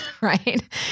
right